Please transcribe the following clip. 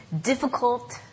difficult